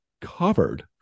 covered